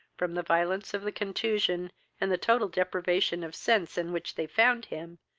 from the violence of the contusion and the total deprivation of sense in which they found him,